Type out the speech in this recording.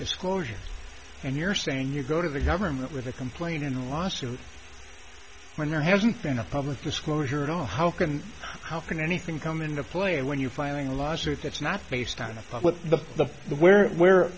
disclosure and you're saying you go to the government with a complaint in a lawsuit when there hasn't been a public disclosure at all how can how can anything come into play when you file a lawsuit that's not based on the public the the the where where